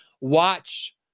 watch